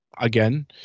again